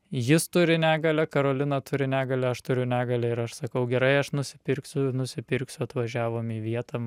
jis turi negalią karolina turi negalią aš turiu negalią ir aš sakau gerai aš nusipirksiu nusipirksiu atvažiavom į vietą